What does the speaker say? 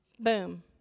Boom